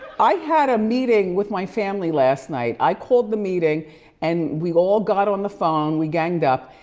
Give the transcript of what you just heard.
i had a meeting with my family last night. i called the meeting and we all got on the phone, we ganged up,